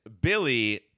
Billy